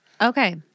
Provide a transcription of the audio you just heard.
Okay